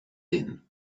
din